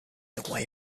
away